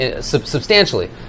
substantially